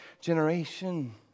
generation